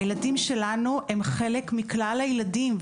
הילדים שלנו הם חלק מכלל הילדים.